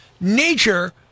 nature